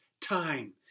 time